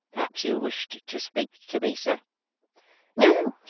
perhaps you wished to speak to me, sir no,